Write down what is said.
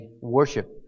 worship